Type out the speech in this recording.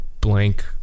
blank